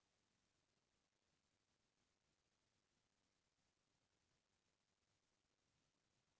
दुनो धुरखिली म थर माड़थे अउ डांड़ी के बीच म होथे